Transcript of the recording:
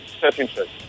self-interest